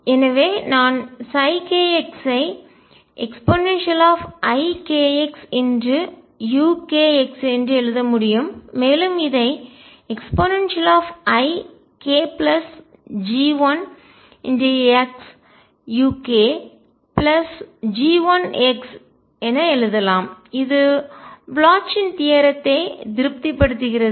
எனவே நான் kx ஐ eikxukx என்று எழுத முடியும் மேலும் இதை eikG1xukG1 என எழுதலாம் இது ப்ளாச்சின் தியரம்த்தை தேற்றம் திருப்திப்படுத்துகிறது